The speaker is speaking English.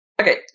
okay